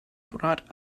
brought